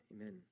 amen